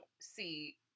see